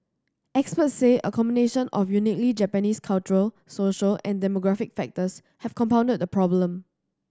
experts say a combination of uniquely Japanese cultural social and demographic factors have compounded the problem